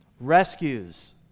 Rescues